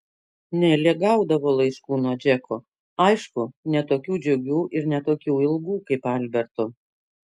nelė gaudavo laiškų nuo džeko aišku ne tokių džiugių ir ne tokių ilgų kaip alberto